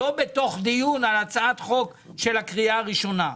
ולא בתוך דיון על הצעת חוק בהכנה לקריאה הראשונה.